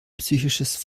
psychisches